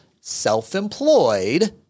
self-employed